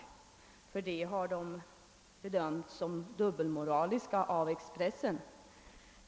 Härför har KF av Expressen bedömts som dubbeimoralisk.